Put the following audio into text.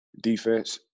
defense